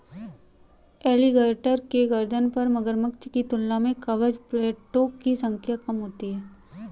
alligator के गर्दन पर मगरमच्छ की तुलना में कवच प्लेटो की संख्या कम होती है